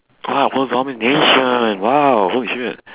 !wow! world domination !wow! holy shit